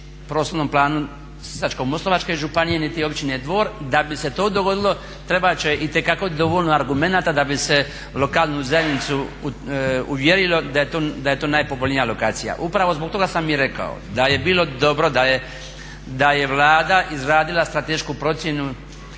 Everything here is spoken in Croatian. prostornom planu Sisačko-moslavačke županije, niti općine Dvor. Da bi se to dogodilo trebat će itekako dovoljno argumenata da bi se lokalnu zajednicu uvjerilo da je to najpovoljnija lokacija upravo zbog toga sam i rekao da je bilo dobro da je Vlada izradila stratešku procjenu